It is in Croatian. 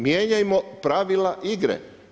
Mijenjajmo pravila igre.